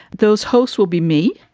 those hosts will be me.